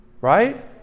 right